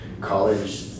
college